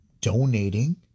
donating